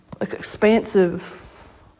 expansive